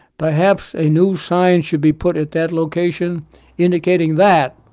perhaps a new sign should be put at that location indicating that,